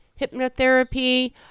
hypnotherapy